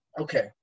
okay